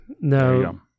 no